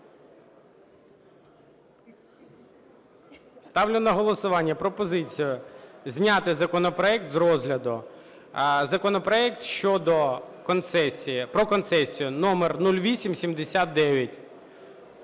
Ставлю на голосування пропозицію зняти законопроект з розгляду, законопроект щодо концесії, про концесії, номер 0879.